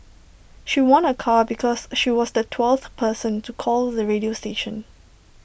she won A car because she was the twelfth person to call the radio station